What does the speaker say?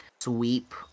sweep